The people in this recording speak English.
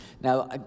Now